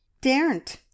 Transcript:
daren't